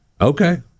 okay